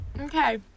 Okay